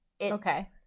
Okay